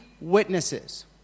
witnesses